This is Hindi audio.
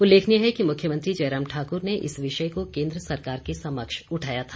उल्लेखनीय है कि मुख्यमंत्री जयराम ठाकुर ने इस विषय को केंद्र सरकार के समक्ष उठाया था